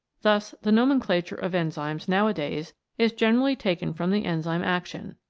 thus the nomenclature of enzymes nowadays is generally taken from the enzyme action.